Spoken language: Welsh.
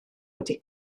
wedi